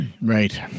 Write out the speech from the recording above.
Right